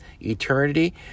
eternity